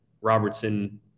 Robertson